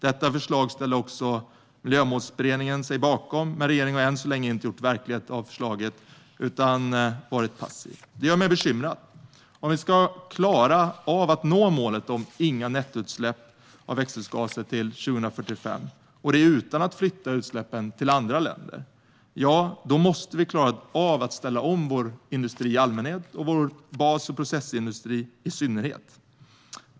Detta förslag ställde sig också Miljömålsberedningen bakom. Men regeringen har än så länge inte gjort verklighet av förslaget utan varit passiv. Det gör mig bekymrad. Om vi ska klara av att nå målet om inga nettoutsläpp av växthusgaser till 2045, utan att flytta utsläppen till andra länder, då måste vi klara av att ställa om vår industri i allmänhet och vår bas och processindustri i synnerhet.